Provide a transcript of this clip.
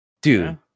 dude